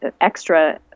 extra